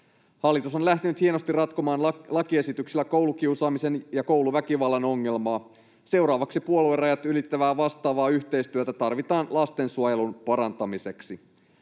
Hallitus on lähtenyt hienosti ratkomaan lakiesityksellä koulukiusaamisen ja kouluväkivallan ongelmaa. Seuraavaksi puoluerajat ylittävää vastaavaa yhteistyötä tarvitaan lastensuojelun parantamiseksi.